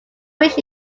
wish